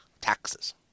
taxes